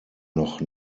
noch